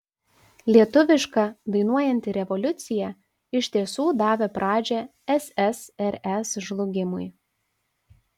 lietuviška dainuojanti revoliucija iš tiesų davė pradžią ssrs žlugimui